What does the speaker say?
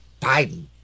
Biden